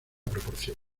proporción